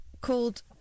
called